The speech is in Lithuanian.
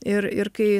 ir ir kai